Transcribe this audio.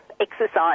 exercise